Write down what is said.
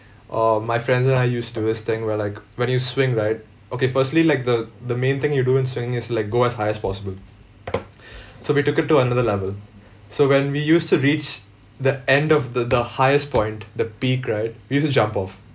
uh my friends and I used to do this thing where like when you swing right okay firstly like the the main thing you do in swinging is like go as high as possible so we took it to another level so when we used to reach the end of the the highest point the peak right we used to jump off